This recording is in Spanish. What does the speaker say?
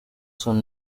son